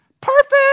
Perfect